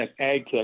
AgTech